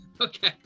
Okay